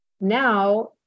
now